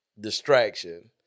distraction